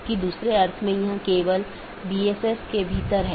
ये IBGP हैं और बहार वाले EBGP हैं